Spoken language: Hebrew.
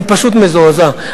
אני פשוט מזועזע.